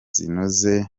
zinoze